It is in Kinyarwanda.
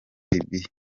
libya